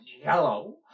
yellow